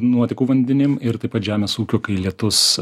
nuotekų vandenim ir taip pat žemės ūkiu kai lietus